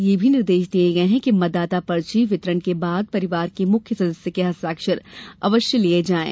यह भी निर्देश दिये गये है कि मतदाता पर्ची वितरण के बाद परिवार के मुख्य सदस्य के हस्ताक्षर अवश्य लिए जायें